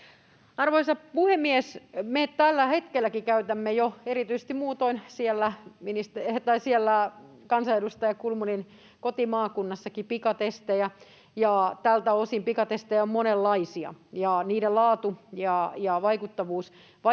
Arvoisa puhemies! Me tällä hetkelläkin käytämme jo — erityisesti muutoin siellä kansanedustaja Kulmunin kotimaakunnassakin — pikatestejä. Tältä osin pikatestejä on monenlaisia, ja niiden laatu ja vaikuttavuus vaihtelevat.